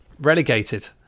relegated